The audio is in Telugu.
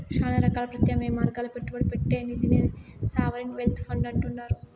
శానా రకాల ప్రత్యామ్నాయ మార్గాల్ల పెట్టుబడి పెట్టే నిదినే సావరిన్ వెల్త్ ఫండ్ అంటుండారు